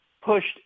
pushed